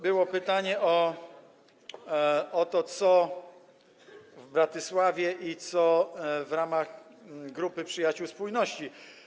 Było pytanie o to, co w Bratysławie i w ramach grupy przyjaciół spójności.